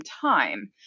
time